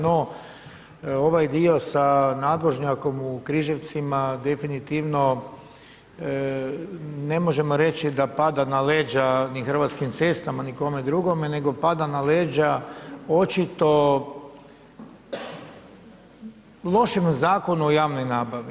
No ovaj dio sa nadvožnjakom u Križevcima definitivno ne možemo reći da pada na leđa ni Hrvatskim cestama ni kome drugome nego pada na leđa očito lošem zakonu o javnoj nabavi.